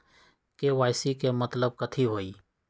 KYC के मतलब कथी होई?